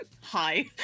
hi